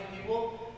people